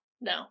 no